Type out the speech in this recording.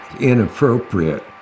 inappropriate